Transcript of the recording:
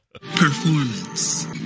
Performance